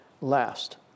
last